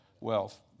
wealth